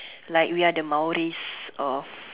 like we are the Maoris of